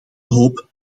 hoop